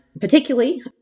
particularly